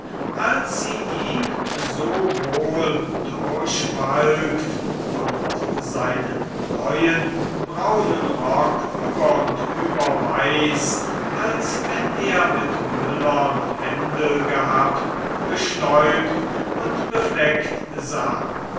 als sie ihn so wohl durchwalkt und seinen neuen braunen rock über und über weiß als wenn er mit müllern händel gehabt bestäubt und befleckt sahen